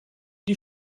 die